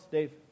Dave